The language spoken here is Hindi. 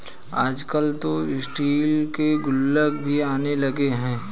आजकल तो स्टील के गुल्लक भी आने लगे हैं